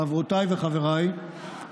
חברותיי וחבריי,